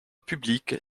publique